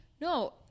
No